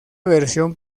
versión